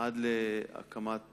עד להקמת